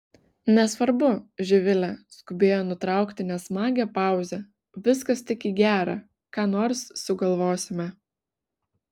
nesvarbu živile skubėjo nutraukti nesmagią pauzę viskas tik į gera ką nors sugalvosime